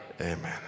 Amen